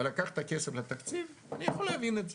ולקחת את הכסף לתקציב, אני יכול להבין את זה.